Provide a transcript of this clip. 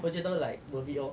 what you don't like be lor